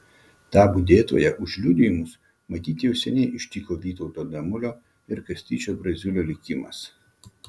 tą budėtoją už liudijimus matyt jau seniai ištiko vytauto damulio ir kastyčio braziulio likimas